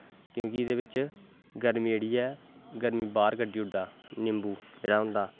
क्योंकि एह्दे बिच्च गर्मी बाह्र कड्डी ओड़दा निंबू जेह्ड़ा होंदा